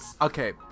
Okay